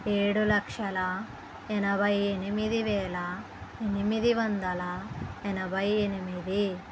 ఏడు లక్షల యనబై ఎనిమిది వేల ఎనిమిది వందల యనబై ఎనిమిది